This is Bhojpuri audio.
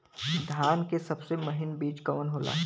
धान के सबसे महीन बिज कवन होला?